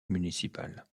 municipal